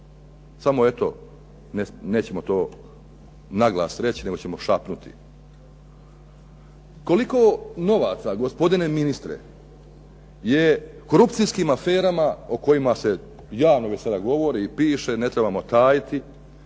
Samo eto nećemo to na glas reći, nego ćemo šapnuti. Koliko novaca gospodine ministre je korupcijskim aferama o kojima se javno već sada govori i piše, ne trebamo tajiti.